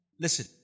Listen